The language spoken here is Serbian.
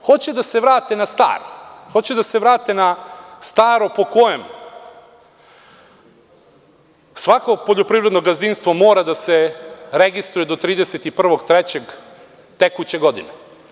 Hoće da se vrate na staro, hoće da se vrate na staro po kojem svako poljoprivredno gazdinstvo mora da se registruje do 31.3. tekuće godine.